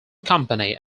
company